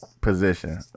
position